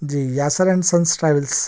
G Yasir and sons travels